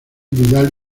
vidal